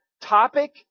topic